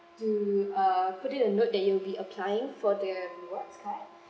to err putting a note that you will be applying for the rewards card